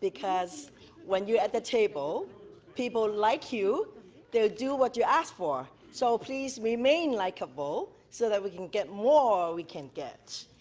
because when you at the table people like you they do what you ask for. so people remain likable so that we can get more we can get.